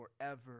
forever